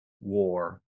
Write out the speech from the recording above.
war